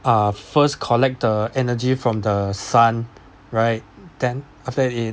uh first collect the energy from the sun right then after that it